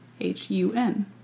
H-U-N